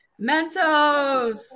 Mentos